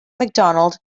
mcdonald